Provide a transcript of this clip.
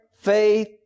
faith